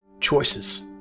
choices